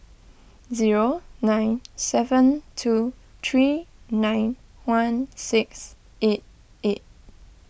zero nine seven two three nine one six eight eight